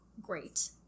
Great